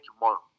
tomorrow